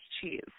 cheese